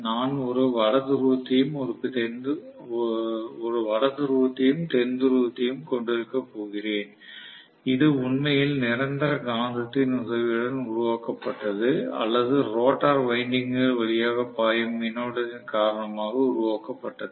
நான் ஒரு வட துருவத்தையும் தென் துருவத்தையும் கொண்டிருக்கப் போகிறேன் இது உண்மையில் நிரந்தர காந்தத்தின் உதவியுடன் உருவாக்கப்பட்டது அல்லது ரோட்டார் வைண்டிங்க்குகள் வழியாக பாயும் மின்னோட்டத்தின் காரணமாக உருவாக்கப்பட்டது